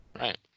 Right